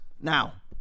now